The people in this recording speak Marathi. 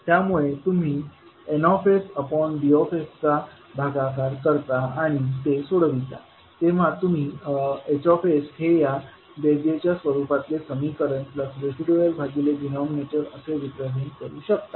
त्यामुळे जेव्हा तुम्ही ND चा भागाकार करता आणि ते सोडविता तेव्हा तुम्ही Hs हे या बेरजेच्या स्वरूपातले समीकरण प्लस रेसीडूअल भागिले डिनॉमिनेटर असे रिप्रेझेंट करू शकता